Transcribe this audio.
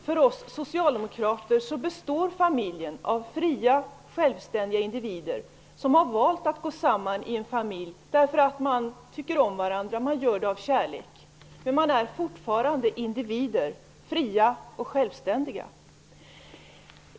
För oss socialdemokrater består en familj av fria, självständiga individer som har valt att gå samman i en familj, eftersom de tycker om varandra. De gör det av kärlek. Fortfarande består familjen av individer som är fria och självständiga.